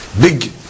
Big